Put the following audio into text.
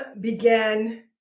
began